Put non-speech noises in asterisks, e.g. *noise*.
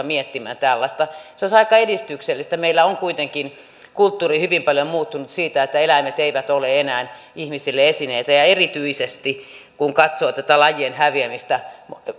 *unintelligible* miettimään tällaista se olisi aika edistyksellistä meillä on kuitenkin kulttuuri hyvin paljon muuttunut eläimet eivät ole enää ihmisille esineitä erityisesti kun katsoo tätä lajien häviämistä